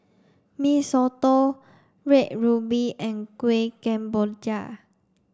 Mee Soto Red Ruby and Kueh Kemboja